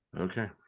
Okay